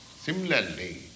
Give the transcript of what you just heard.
Similarly